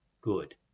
good